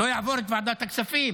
לא יעבור את ועדת הכספים,